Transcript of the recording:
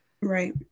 Right